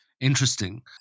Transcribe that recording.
Interesting